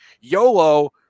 YOLO